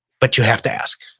but you have to ask.